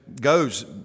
goes